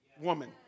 woman